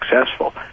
successful